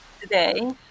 today